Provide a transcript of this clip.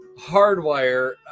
hardwire